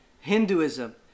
Hinduism